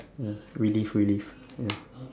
ya relive relive ya